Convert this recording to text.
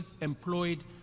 employed